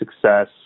success